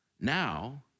now